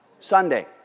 Sunday